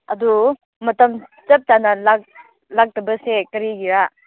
ꯑꯗꯨ ꯃꯇꯝ ꯆꯞ ꯆꯥꯅ ꯂꯥꯛꯇꯕꯁꯦ ꯀꯔꯤꯒꯤꯔ